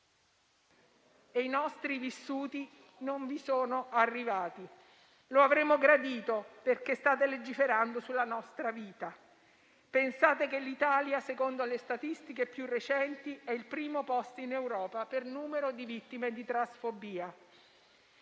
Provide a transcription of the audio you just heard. e i nostri vissuti non vi sono arrivati. Lo avremmo gradito, perché state legiferando sulle nostre vite. Pensate che l'Italia, secondo le statistiche più recenti, è al primo posto in Europa per numero di vittime di transfobia.